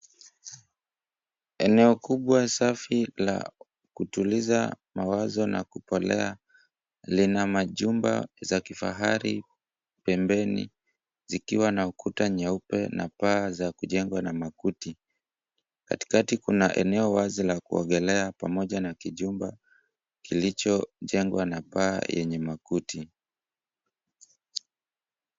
Eneo kubwa safi la kutuliza mawazo na kupolea, lina majumba za kifahari pembeni zikiwa na kuta nyeupe na paa za kujengwa na makuti, katikati kuna eneo wazi la kuogelea pamoja na kijumba kilichojengwa na paa yenye makuti.